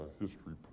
history